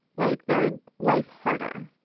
like their life harder.